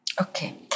Okay